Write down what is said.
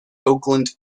oakland